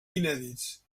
inèdits